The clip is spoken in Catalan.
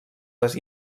les